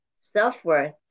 self-worth